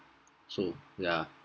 so yeah